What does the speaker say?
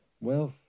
wealth